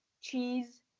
cheese